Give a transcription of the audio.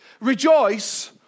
rejoice